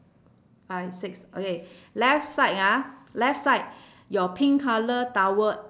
five six okay left side ah left side your pink colour towel